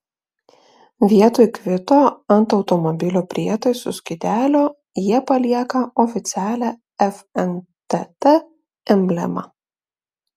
vietoj kvito ant automobilio prietaisų skydelio jie palieka oficialią fntt emblemą